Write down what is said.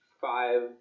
five